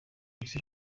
polisi